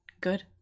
good